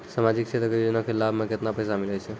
समाजिक क्षेत्र के योजना के लाभ मे केतना पैसा मिलै छै?